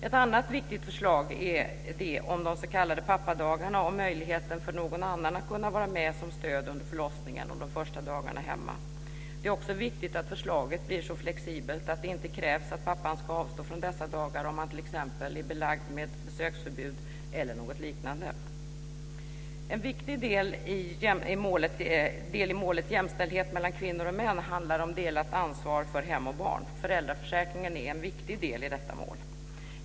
Ett annat viktigt förslag är det om de s.k. pappadagarna och möjligheten för någon annan att vara med som stöd under förlossningen och de första dagarna hemma. Det är också viktigt att förslaget blir så flexibelt att det inte krävs att pappan ska avstå från dessa dagar om han t.ex. är belagd med besöksförbud eller något liknande. En viktig del i målet om jämställdhet mellan kvinnor och män handlar om delat ansvar för hem och barn. Föräldraförsäkringen är en viktig del i detta mål.